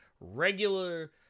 regular